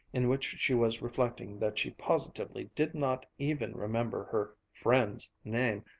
in which she was reflecting that she positively did not even remember her friend's name,